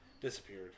disappeared